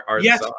Yes